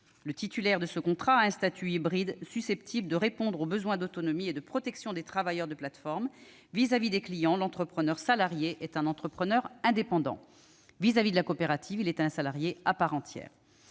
Le titulaire de ce contrat a un statut hybride susceptible de répondre aux besoins d'autonomie et de protection des travailleurs de plateformes : vis-à-vis des clients, l'entrepreneur salarié est un entrepreneur indépendant ; vis-à-vis de la coopérative, il est un salarié à part entière.